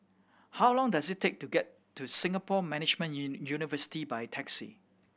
how long does it take to get to Singapore Management University by taxi